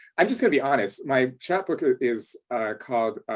i'm just gonna be honest, my chapbook ah is called